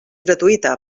gratuïta